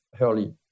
early